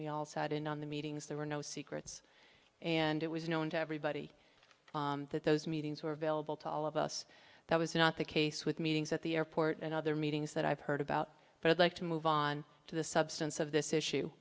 we all sat in on the meetings there were no secrets and it was known to everybody that those meetings were available to all of us that was not the case with meetings at the airport and other meetings that i've heard about for the like to move on to the substance of this issue